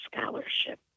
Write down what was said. scholarship